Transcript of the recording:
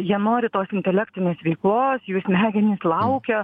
jie nori tos intelektinės veiklos jų smegenys laukia